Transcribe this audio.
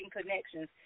connections